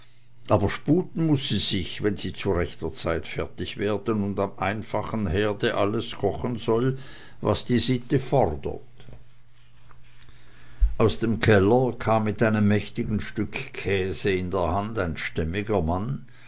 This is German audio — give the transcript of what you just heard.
aber sputen muß sie sich wenn sie zu rechter zeit fertig werden und am einfachen herde alles kochen soll was die sitte fordert aus dem keller kam mit einem mächtigen stück käse in der hand ein stämmiger mann